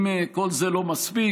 אם כל זה לא מספיק,